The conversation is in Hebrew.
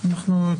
אז את